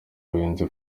birenze